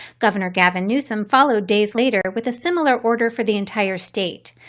governor gavin newsom followed days later with a similar order for the entire state.